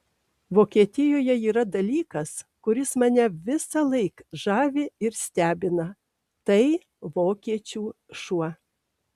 vokietijoje yra dalykas kuris mane visąlaik žavi ir stebina tai vokiečių šuo